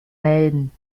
melden